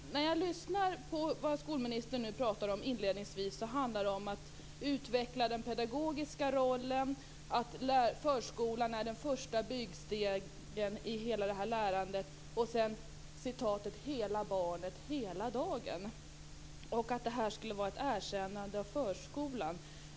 När jag lyssnar på vad skolministern nu talade om inledningsvis handlade det om att man skall utveckla den pedagogiska rollen och att förskolan är den första byggstenen i hela detta lärande. Hon sade sedan: Hela barnet hela dagen. Detta skulle vara ett erkännande av förskolan.